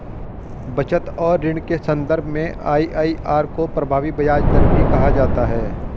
बचत और ऋण के सन्दर्भ में आई.आई.आर को प्रभावी ब्याज दर भी कहा जाता है